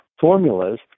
formulas